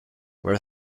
were